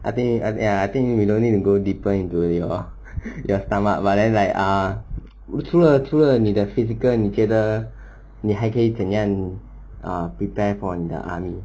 I think ya I think you don't need to go deeper into your stomach but then like ah 除了除了你的 physical 你觉得你还可以怎样 prepare for 你的 army